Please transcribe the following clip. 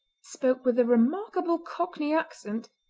spoke with a remarkable cockney accent,